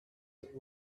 that